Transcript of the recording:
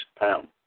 pound